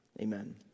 Amen